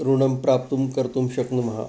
ऋणं प्राप्तुं कर्तुं शक्नुमः